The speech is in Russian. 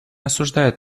осуждает